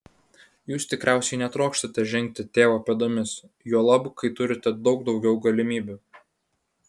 jūs tikriausiai netrokštate žengti tėvo pėdomis juolab kai turite daug daugiau galimybių